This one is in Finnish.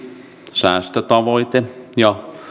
säästötavoitteen ja